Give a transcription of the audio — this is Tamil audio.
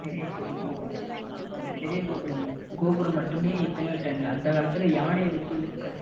பெரிய கோயில் கோபுரம் அந்த பெரிய கோபுரம் கோபுரம் மட்டுமே எத்தனையோ டன் அந்த காலத்தில் யானையை வச்சு இழுக்கலாம்